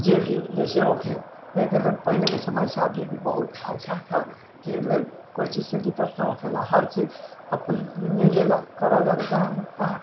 जे भी जइसे हो एहिके लेल पहिलेके समयसँ अभी भी बहुत अच्छाके लेल कोइ चीजके दिक्कत नहि होकेलऽ हर चीज मिलैलऽ करिअऽ जालऽ